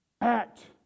act